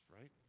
right